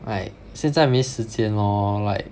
like 现在没时间 lor like